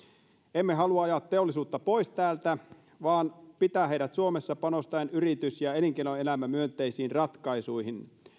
emme halua ajaa teollisuutta pois täältä vaan pitää suomessa panostaen yritys ja elinkeinoelämämyönteisiin ratkaisuihin